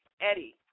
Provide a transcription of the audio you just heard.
Eddie